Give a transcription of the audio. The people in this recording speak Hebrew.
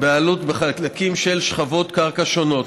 בעלות בחלקים של שכבות קרקע שונות.